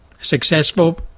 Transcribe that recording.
successful